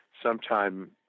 Sometime